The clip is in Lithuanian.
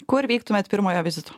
kur vyktumėt pirmojo vizito